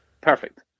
perfect